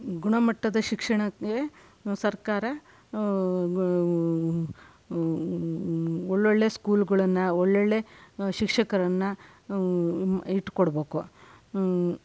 ಗುಣಮಟ್ಟದ ಶಿಕ್ಷಣಕ್ಕೆ ಸರ್ಕಾರ ಒಳ್ಳೊಳ್ಳೆ ಸ್ಕೂಲ್ಗಳನ್ನು ಒಳ್ಳೊಳ್ಳೆ ಶಿಕ್ಷಕರನ್ನು ಇಟ್ಕೊಡ್ಬೇಕು